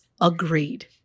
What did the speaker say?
agreed